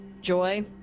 Joy